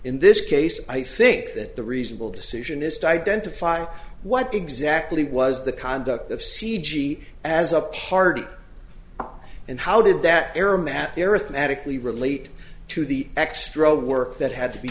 in this case i think that the reasonable decision is to identify what exactly was the conduct of c g as a party and how did that error map arithmetically relate to the extra work that had to be